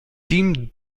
tim